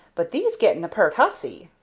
but thee's getting a pert hussy!